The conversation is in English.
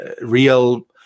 real